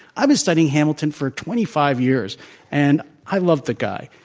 i've been studying hamilton for twenty five years and i love the guy.